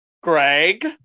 Greg